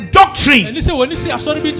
doctrine